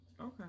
Okay